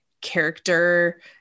character